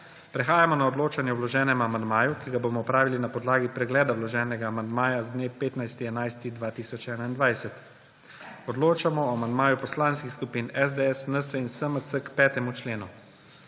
Prehajamo na odločanje o vloženem amandmaju, ki ga bomo opravili na podlagi pregleda vloženega amandmaja z dne 15. november 2021. Odločamo o amandmaju poslanskih skupin SDS, NSi in SMC k 5. členu.